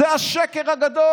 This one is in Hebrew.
זה השקר הגדול.